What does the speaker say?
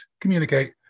Communicate